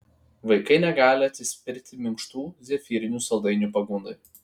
vaikai negali atsispirti minkštų zefyrinių saldainių pagundai